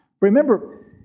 Remember